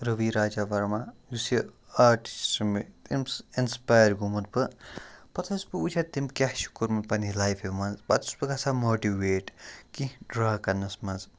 روی راجا ورما یُس یہِ آرٹِسٹ چھُ مےٚ تٔمِس اِنَسپایر گوٚمُت بہٕ پَتہٕ اوس بہٕ وٕچھان تٔمۍ کیٛاہ چھُ کوٚرمُت پَنٛنہِ لایفہِ منٛز پَتہٕ چھُس بہٕ گژھان ماٹِویٹ کیٚنٛہہ ڈرٛا کَرنَس منٛز